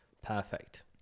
Perfect